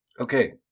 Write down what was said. Okay